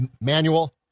manual